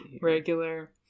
regular